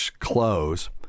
close